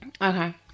Okay